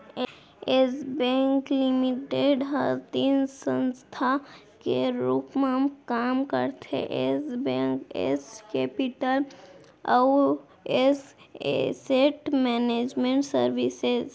yes Bank Limited ह तीन संस्था के रूप म काम करथे यस बेंक, यस केपिटल अउ यस एसेट मैनेजमेंट सरविसेज